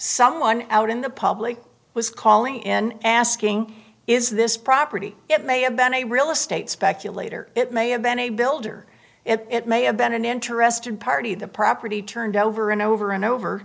someone out in the public was calling in asking is this property it may have been a real estate speculator it may have been a builder it may have been an interested party the property turned over and over and over